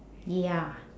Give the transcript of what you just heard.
ya